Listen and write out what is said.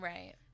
Right